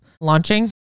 launching